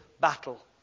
battle